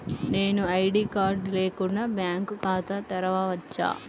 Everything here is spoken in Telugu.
నేను ఐ.డీ కార్డు లేకుండా బ్యాంక్ ఖాతా తెరవచ్చా?